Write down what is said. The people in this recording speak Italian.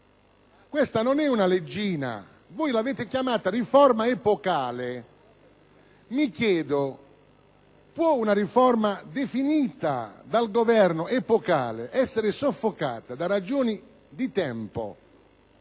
Questa non euna leggina; voi l’avete chiamata riforma epocale ma, mi chiedo: puo una riforma, definita dal Governo «epocale», essere soffocata da ragioni di tempo